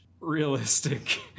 realistic